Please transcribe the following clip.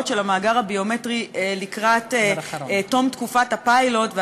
של המאגר הביומטרי לקראת תום תקופת הפיילוט.